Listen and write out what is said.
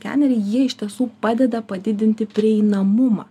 skeneriai jie iš tiesų padeda padidinti prieinamumą